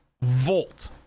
Volt